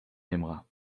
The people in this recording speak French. aimeras